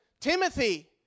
Timothy